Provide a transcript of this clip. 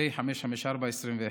פ/554/21.